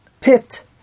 pit